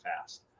Fast